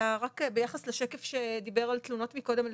אלא רק ביחס לשקף שדיבר על תלונות קודם,